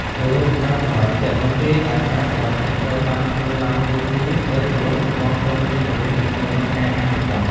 គោរពការសម្រេចចិត្ត នៅពេលដែលការសម្រេចចិត្តត្រូវបានធ្វើឡើងរួមគ្នា ត្រូវគោរព និងគាំទ្រគ្នាទៅវិញទៅមកក្នុងការអនុវត្ត។